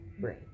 brain